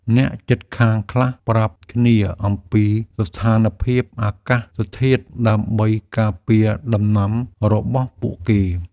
អ្នកជិតខាងខ្លះប្រាប់គ្នាអំពីស្ថានភាពអាកាសធាតុដើម្បីការពារដំណាំរបស់ពួកគេ។